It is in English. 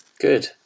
good